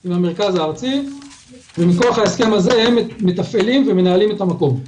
עם המרכז הארצי ומכוח ההסכם הזה הם מתפעלים ומנהלים את המקום.